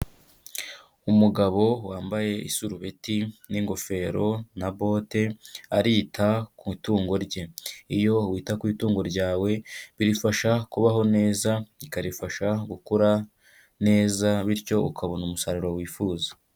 Umugabo wambaye isurubeti n'ingofero na bote arita ku i tungo rye, iyo wita ku itungo ryawe birifasha kubaho neza bikarifasha gukura neza bityo ukabona umusaruro wifuza.